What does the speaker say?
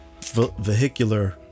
vehicular